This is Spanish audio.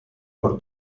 por